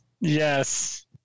yes